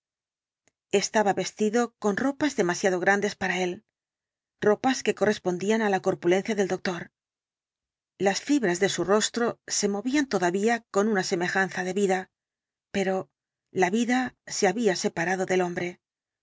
estaba vestido con ropas demasiado grandes para él ropas que correspondían á la corpulencia del doctor las fibras de su rostro se movían todavía con una semejanza de vida pero la vida se había separado del hombre